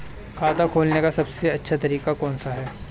खाता खोलने का सबसे अच्छा तरीका कौन सा है?